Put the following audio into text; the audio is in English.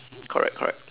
correct correct